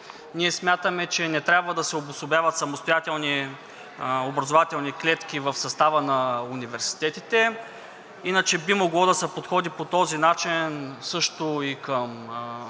Ние смятаме, че не трябва да се обособяват самостоятелни образователни клетки в състава на университетите. Иначе би могло да се подходи по този начин също и към колежите,